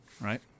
Right